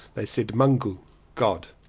they said mungu god.